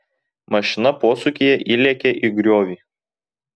mašina posūkyje įlėkė į griovį